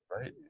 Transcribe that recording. Right